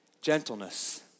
Gentleness